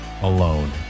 alone